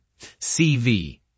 CV